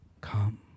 Come